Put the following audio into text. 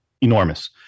enormous